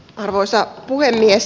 arvoisa puhemies